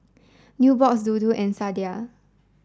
Nubox Dodo and Sadia